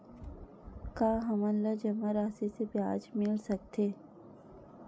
का हमन ला जमा राशि से ब्याज मिल सकथे?